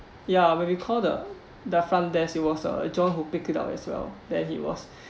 ya when we call the the front desk it was uh john who pick it up as well then he was